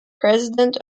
president